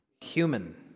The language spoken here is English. human